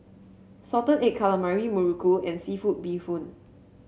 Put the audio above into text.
Salted Egg Calamari muruku and seafood Bee Hoon